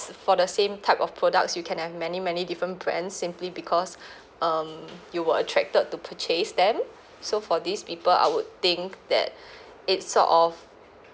for the same type of products you can have many many different brands simply because um you were attracted to purchase them so for these people I would think that it's sort of